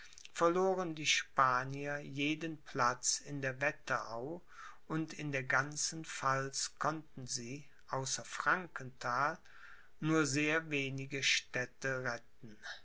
verloren die spanier jeden platz in der wetterau und in der ganzen pfalz konnten sie außer frankenthal nur sehr wenige städte retten